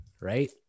Right